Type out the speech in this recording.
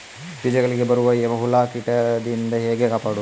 ಬೀಜಗಳಿಗೆ ಬರುವ ಹುಳ, ಕೀಟದಿಂದ ಹೇಗೆ ಕಾಪಾಡುವುದು?